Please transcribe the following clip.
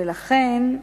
ולכן,